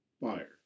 Fire